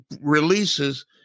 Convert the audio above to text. releases